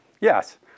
Yes